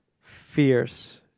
fierce